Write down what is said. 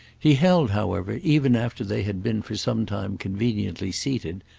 he held, however, even after they had been for some time conveniently seated,